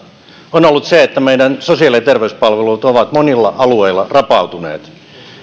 on ollut se että meidän sosiaali ja terveyspalvelut ovat monilla alueilla rapautuneet